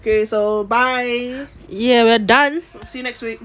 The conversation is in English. okay so bye see you next week